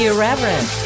Irreverent